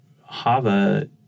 Hava